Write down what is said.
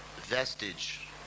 vestige